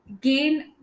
gain